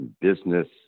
business